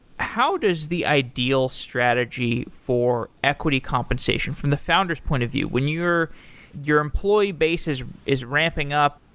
how does the ideal strategy for equity compensation from the founder s point of view? when your your employee base is is ramping up,